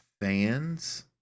fans